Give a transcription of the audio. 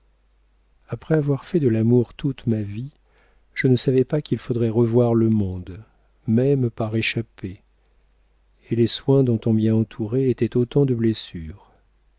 après avoir fait de l'amour toute ma vie je ne savais pas qu'il faudrait revoir le monde même par échappées et les soins dont on m'y a entourée étaient autant de blessures